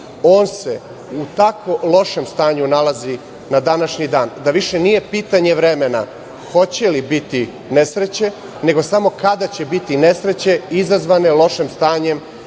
nalazi u tako lošem stanju na današnji dan da više nije pitanje vremena hoće li biti nesreće, nego samo kada će biti nesreće izazvane lošim stanjem